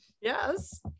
Yes